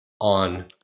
on